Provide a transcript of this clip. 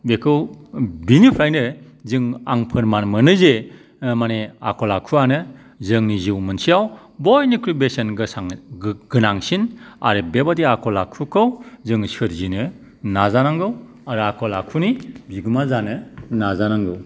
बेखौ बिनिफ्रायनो जों आं फोरमान मोनो जे माने आखल आखुवानो जोंनि जिउ मोनसेआव बयनिख्रुइबो बेसेन गोनांसिन आरो बेबायदि आखल आखुखौ जों सोरजिनो नाजा नांगौ आरो आखल आखुनि बिगोमा जानो नाजा नांगौ